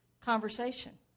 conversation